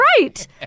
right